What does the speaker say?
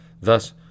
Thus